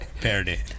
parody